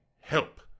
help